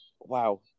wow